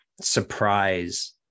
surprise